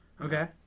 Okay